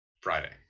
Friday